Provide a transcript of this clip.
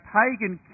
pagan